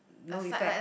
no effect